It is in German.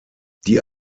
die